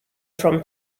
from